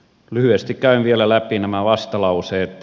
lyhyesti käyn vielä läpi nämä vastalauseet